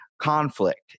conflict